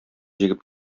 җигеп